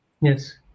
Yes